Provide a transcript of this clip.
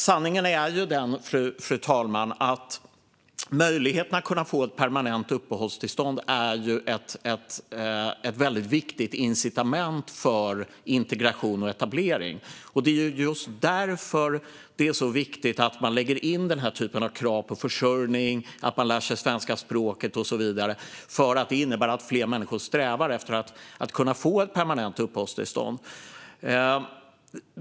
Sanningen är ju den att permanenta uppehållstillstånd är ett väldigt viktigt incitament för integration och etablering. Det är just därför det är så viktigt att man lägger in krav på försörjning och att man lär sig svenska språket och så vidare, för det innebär att fler människor strävar efter att få permanent uppehållstillstånd.